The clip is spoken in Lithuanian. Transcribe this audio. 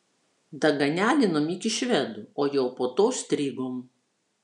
daganialinom iki švedų o jau po to strigom